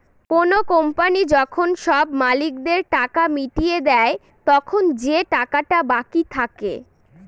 কোনো কোম্পানি যখন সব মালিকদের টাকা মিটিয়ে দেয়, তখন যে টাকাটা বাকি থাকে